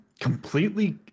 Completely